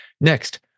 Next